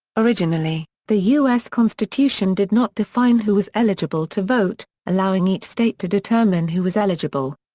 originally, the u s. constitution did not define who was eligible to vote, allowing each state to determine who was eligible.